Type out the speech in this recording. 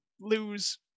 lose